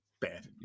bad